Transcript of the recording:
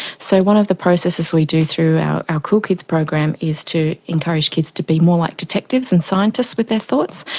so one of the processes we do through our ah cool kids program is to encourage kids to be more like detectives and scientists with their thoughts.